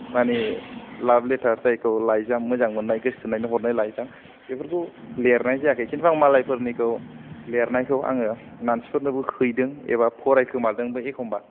माने लाभ लेतार जायखौ लाइजाम मोजां मोन्नाय गोसो थोनायनो हरनाय लाइजाम बेफोरखौ लिरनाय जायाखै किन्तु आं मालायफोरनिखौ लेरनायखौ आङो मानसिफोरनोबो हैदों एबा फरायखोमादोंबो एखनबा